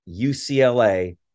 UCLA